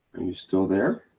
and you still there?